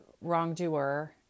wrongdoer